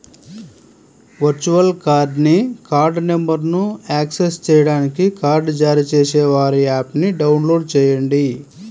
virtual కార్డ్ని card నంబర్ను access చేయడానికి కార్డ్ జారీ చేసేవారి యాప్ని డౌన్లోడ్ చేయండి